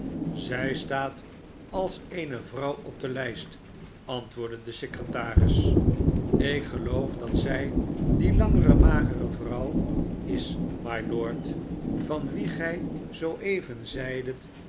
zij staat als eene vrouw op de lijst antwoordde de secretaris ik geloof dat zij die lange magere vrouw is mylord vanwie gij zoo even zeidet